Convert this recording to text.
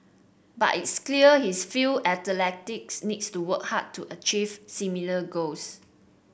but it's clear his feel athletics needs to work hard to achieve similar goals